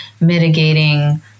mitigating